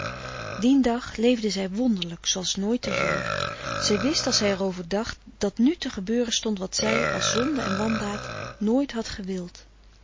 dien dag leefde zij wonderlijk zooals nooit te voor zij wist als zij er over dacht dat nu te gebeuren stond wat zij als zonde en wandaad nooit had gewild